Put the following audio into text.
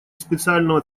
специального